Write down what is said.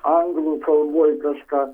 anglų kalboj kažką